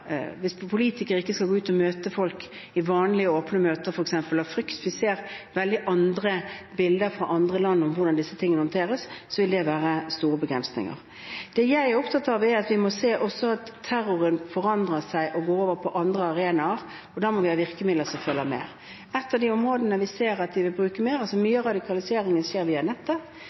Hvis politikere f.eks. ikke skal kunne gå ut og møte folk i vanlige åpne møter av frykt – vi ser helt andre bilder fra andre land rundt hvordan disse tingene håndteres – så vil det innebære store begrensninger. Jeg er opptatt av at vi også må se at terroren forandrer seg og går over på andre arenaer, og da må vi ha virkemidler som følger med. Et av de områdene der vi ser at vi vil bruke mer,